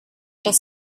das